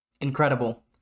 Incredible